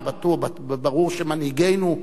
ברור שמנהיגינו,